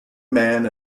man